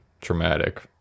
traumatic